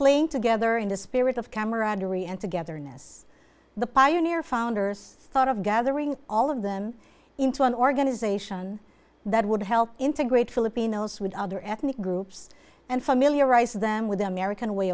playing together in the spirit of camaraderie and togetherness the pioneer founders thought of gathering all of them into an organization that would help integrate filipinos with other ethnic groups and familiarize them with the american way